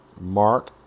Mark